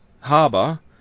harbour